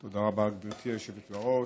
תודה רבה, גברתי היושבת בראש.